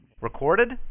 recorded